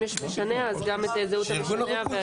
יש משנע אז גם את זהות המשנע והתעודה.